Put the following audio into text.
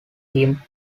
theme